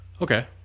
okay